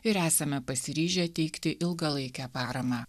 ir esame pasiryžę teikti ilgalaikę paramą